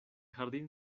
jardín